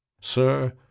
Sir